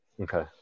okay